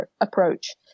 approach